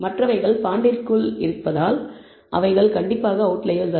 மற்றவைகள் பௌண்டரிக்குள் இருப்பதால் அவைகள் கண்டிப்பாக அவுட்லயர்ஸ் அல்ல